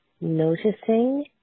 noticing